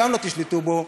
גם לא תשלטו בו.